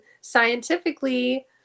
scientifically